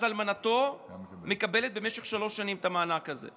אלמנתו מקבלת במשך שלוש שנים את המענק הזה.